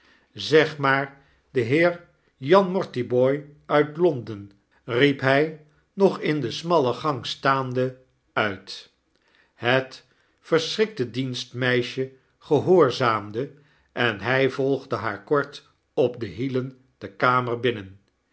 zeg maar de heer jan mortibooi uit l o nden riep hy nog in de smalle gang staande uit het verschrikte dienstmeisje gehoorzaamde en hig volgde haar kort op de hielen de kamer binnen